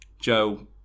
Joe